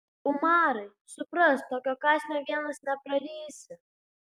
umarai suprask tokio kąsnio vienas neprarysi